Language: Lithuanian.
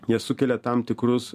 jie sukelia tam tikrus